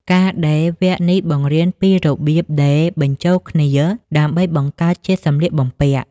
ការដេរ វគ្គនេះបង្រៀនពីរបៀបដេរបញ្ចូលគ្នាដើម្បីបង្កើតជាសម្លៀកបំពាក់។